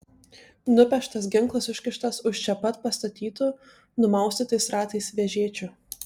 nupeštas ginklas užkištas už čia pat pastatytų numaustytais ratais vežėčių